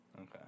Okay